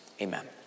amen